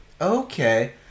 okay